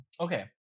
okay